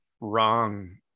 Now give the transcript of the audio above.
wrong